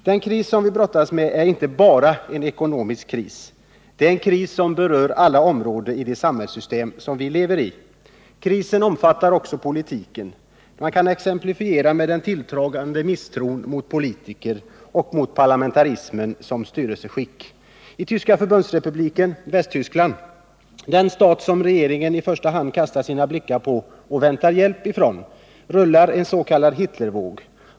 Den kris som vi brottas med är inte bara en ekonomisk kris. Det är en kris som berör alla områden i det samhällssystem vi lever i. Krisen omfattar också politiken. Man kan peka på den tilltagande misstron mot politiker och mot parlamentarismen som styrelseskick. I Förbundsrepubliken Tyskland — den stat som regeringen i första hand kastar sina blickar på och väntar hjälp ifrån — rullar en s.k. Hitlervåg.